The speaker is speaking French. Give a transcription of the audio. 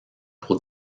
pour